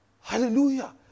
Hallelujah